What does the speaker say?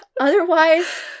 Otherwise